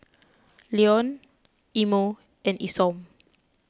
Leon Imo and Isom